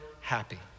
happy